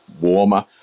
warmer